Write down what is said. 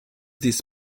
this